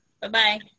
Bye-bye